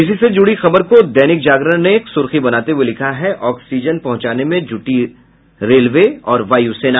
इसी से जुड़ी खबर को दैनिक जागरण ने सुर्खी बनाते हुए लिखा है ऑक्सीजन पहुंचाने में जुटी रेलवे और वायु सेना